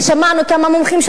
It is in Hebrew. שמענו כמה מומחים,